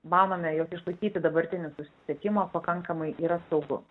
manome jog išlaikyti dabartinį susisiekimą pakankamai yra saugu